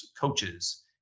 coaches